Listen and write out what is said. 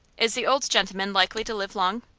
is the old gentleman likely to live long?